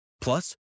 Plus